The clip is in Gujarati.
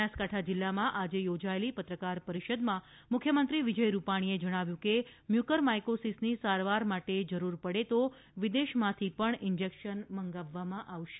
બનાસકાંઠા જીલ્લામાં આજે યોજાયેલી પત્રકાર પરિષદમાં મુખ્યમંત્રી વિજય રૂપાણીએ જણાવ્યું કે મ્યુકર માઇકોસિસની સારવાર માટે જરૂર પડે તો વિદેશમાંથી પણ ઇન્જેક્શન મંગાવવામાં આવશે